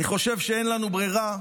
אני חושב שאין לנו ברירה,